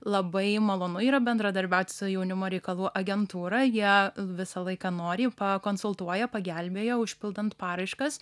labai malonu yra bendradarbiaut su jaunimo reikalų agentūra jie visą laiką noriai pakonsultuoja pagelbėja užpildant paraiškas